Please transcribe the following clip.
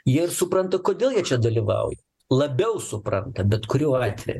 jie ir supranta kodėl jie čia dalyvauja labiau supranta bet kuriuo atveju